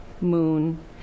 moon